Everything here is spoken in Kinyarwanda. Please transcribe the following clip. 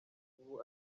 ubu